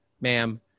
ma'am